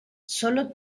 sólo